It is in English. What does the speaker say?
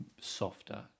softer